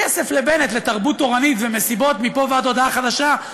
כסף לבנט לתרבות תורנית ומסיבות מפה ועד הודעה חדשה,